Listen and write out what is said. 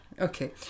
Okay